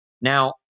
Now